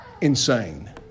Insane